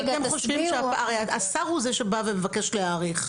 הרי השר הוא זה שבא ומבקש להאריך,